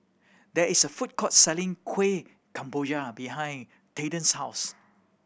there is a food court selling Kuih Kemboja behind Tilden's house